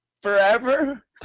forever